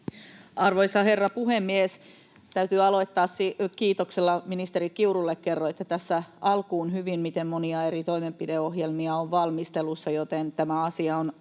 Arvoisa herra puhemies! Täytyy aloittaa kiitoksella ministeri Kiurulle. Kerroitte tässä alkuun hyvin, miten monia eri toimenpideohjelmia on valmistelussa, joten tämä asia on